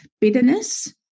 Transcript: bitterness